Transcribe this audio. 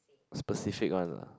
specific one ah